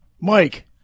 Mike